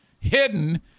hidden